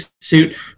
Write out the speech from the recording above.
suit